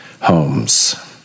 homes